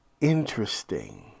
interesting